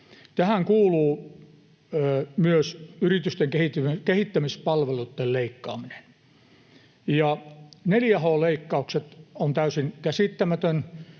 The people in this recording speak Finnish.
Tähän kuuluu myös yritysten kehittämispalveluitten leikkaaminen. 4H-leikkaukset ovat täysin käsittämätön